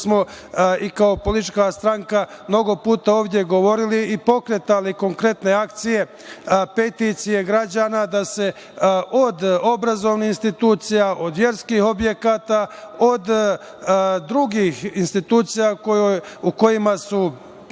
smo i kao politička stranka mnogo puta ovde govorili i pokretali konkretne akcije, peticije građana, da se od obrazovnih institucija, od verskih objekata, od drugih institucija u kojima su